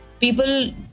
people